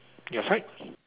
your side